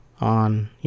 on